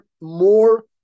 more